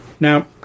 Now